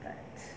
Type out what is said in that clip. but